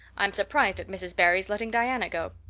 i'm surprised at mrs. barry's letting diana go.